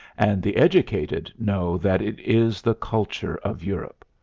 and the educated know that it is the culture of europe.